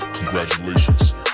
Congratulations